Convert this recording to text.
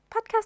podcast